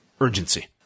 urgency